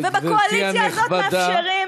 ובקואליציה הזאת מאפשרים,